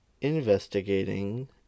investigating